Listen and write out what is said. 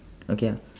okay